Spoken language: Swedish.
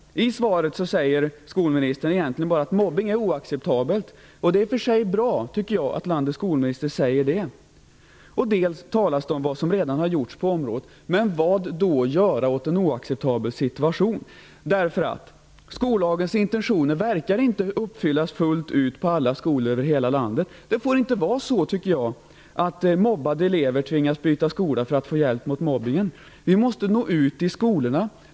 I svaret säger skolministern egentligen bara att mobbning är oacceptabelt. Det är i och för sig bra att landets skolminister säger det, tycker jag. Sedan talar hon om vad som redan har gjorts på området. Men vad skall göras åt en oacceptabel situation? Skollagens intentioner verkar inte uppfyllas fullt ut på alla skolor över hela landet. Det får inte vara så att mobbade elever tvingas byta skola för att få hjälp mot mobbningen. Vi måste nå ut i skolorna.